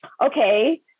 okay